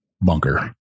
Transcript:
bunker